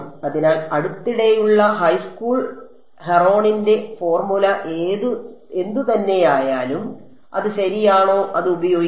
അതിനാൽ അടുത്തിടെയുള്ള ഹൈസ്കൂൾ ഹെറോണിന്റെ ഫോർമുല എന്തുതന്നെയായാലും അത് ശരിയാണോ അത് ഉപയോഗിക്കാം